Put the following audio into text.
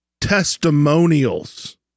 testimonials